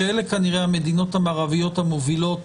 שאלה כנראה המדינות המערביות המובילות